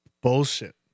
bullshit